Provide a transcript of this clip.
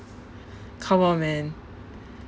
come on man